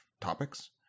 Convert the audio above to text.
topics